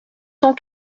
cent